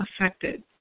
affected